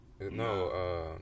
No